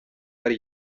hari